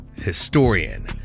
historian